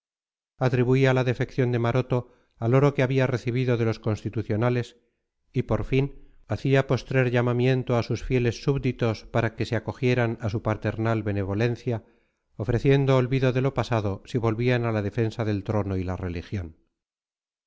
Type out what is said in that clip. américa atribuía la defección de maroto al oro que había recibido de los constitucionales y por fin hacía postrer llamamiento a sus fieles súbditos para que se acogieran a su paternal benevolencia ofreciendo olvido de lo pasado si volvían a la defensa del trono y la religión